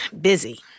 Busy